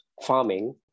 farming